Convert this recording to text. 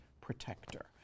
protector